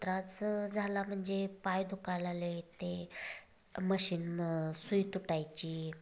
त्रास झाला म्हणजे पाय दुखायला आले होते मशीन म सुई तुटायची